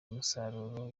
umusaruro